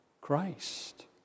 Christ